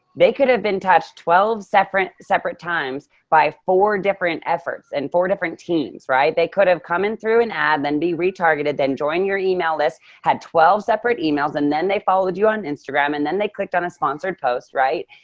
they could have been touched twelve separate separate times by four different efforts and four different teams, right? they could have come in through an ad then be re-targeted then join your email list, had twelve separate emails, and then they followed you on instagram. and then they clicked on a sponsored post, right?